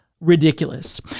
ridiculous